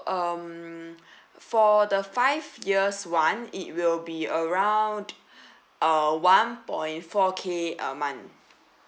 um for the five years [one] it will be around uh one point four K a month